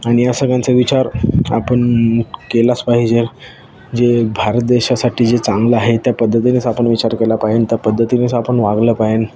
आणि या सगळ्यांचा विचार आपण केलाच पाहिजे जे भारत देशासाठी जे चांगलं आहे त्या पद्धतीनेच आपण विचार केला पाईन त्या पद्धतीनेच आपण वागलं पायन